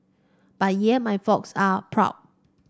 but yeah my folks are proud